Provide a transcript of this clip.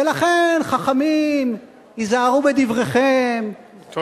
ולכן, חכמים, היזהרו בדבריכם, תודה.